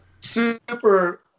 super